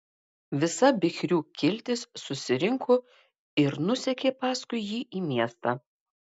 visa bichrių kiltis susirinko ir nusekė paskui jį į miestą